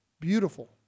Beautiful